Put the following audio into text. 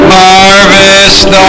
harvest